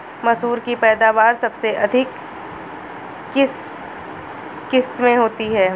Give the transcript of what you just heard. मसूर की पैदावार सबसे अधिक किस किश्त में होती है?